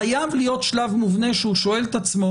חייב להיות שלב מובנה שהוא שואל את עצמו,